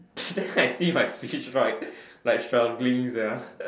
then I see my fish right like struggling sia